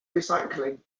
recycling